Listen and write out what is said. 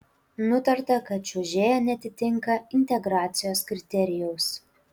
nutarta kad čiuožėja neatitinka integracijos kriterijaus